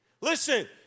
Listen